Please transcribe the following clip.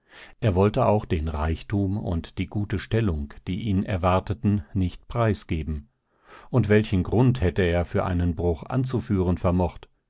er wollte auch den reichtum und die gute stellung die ihn erwarteten nicht preisgeben und welchen grund hätte er für einen bruch anzuführen vermocht